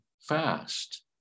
fast